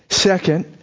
Second